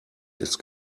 ist